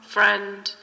Friend